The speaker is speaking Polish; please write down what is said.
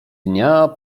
dnia